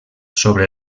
sobre